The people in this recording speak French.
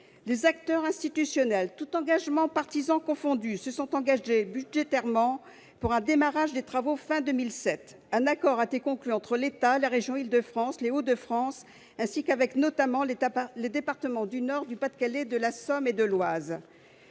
Les acteurs institutionnels, tous engagements partisans confondus, se sont engagés budgétairement à démarrer les travaux à la fin 2017. Un accord a été conclu entre l'État et les régions Île-de-France et Hauts-de-France ainsi qu'avec, notamment, les départements du Nord, du Pas-de-Calais, de la Somme et de l'Oise.